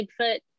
Bigfoot